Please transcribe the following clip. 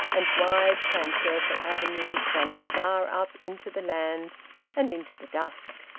and wide transversal avenues running far up into the land and into the dusk.